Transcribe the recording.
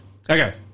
Okay